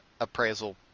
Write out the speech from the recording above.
appraisal